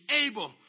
able